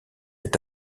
est